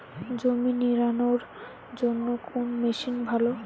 জমি নিড়ানোর জন্য কোন মেশিন ভালো?